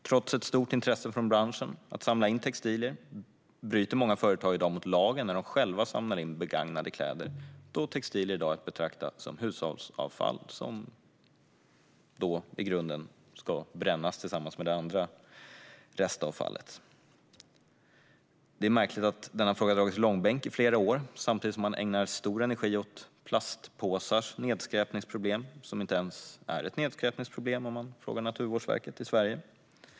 Trots ett stort intresse från branschen att samla in textilier bryter många företag i dag mot lagen när de själva samlar in begagnade kläder, då textilier i dag är att betrakta som hushållsavfall som ska brännas tillsammans med annat restavfall. Det är märkligt att denna fråga dragits i långbänk i flera år samtidigt som man ägnar stor energi åt plastpåsars nedskräpningsproblem, som inte ens är ett nedskräpningsproblem om man frågar Naturvårdsverket i Sverige.